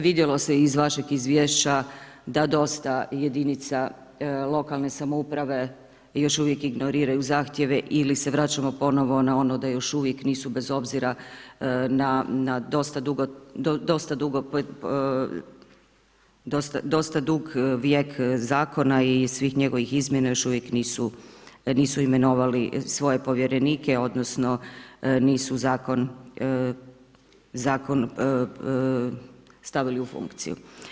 Vidjelo se iz vašeg izvješća da dosta jedinica lokalne samouprave još uvijek ignoriraju zahtjeve ili se vraćamo ponovno na ono da još uvijek nisu bez obzira na dosta dug vijek zakona i svih njegovih izmjena, još uvijek nisu imenovali svoje povjerenike odnosno nisu zakon stavili u funkciju.